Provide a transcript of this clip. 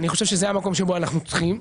אני חושב שזה המקום שבו אנחנו צריכים,